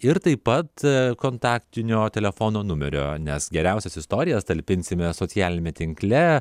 ir taip pat kontaktinio telefono numerio nes geriausias istorijas talpinsime socialiniame tinkle